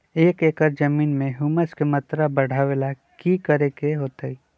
एक एकड़ जमीन में ह्यूमस के मात्रा बढ़ावे ला की करे के होतई?